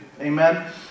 Amen